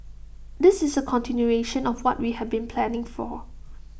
this is A continuation of what we had been planning for